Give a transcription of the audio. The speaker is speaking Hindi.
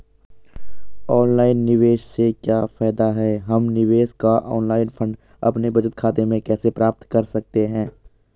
ऑनलाइन निवेश से क्या फायदा है हम निवेश का ऑनलाइन फंड अपने बचत खाते में कैसे प्राप्त कर सकते हैं?